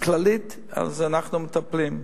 כללית אנחנו מטפלים.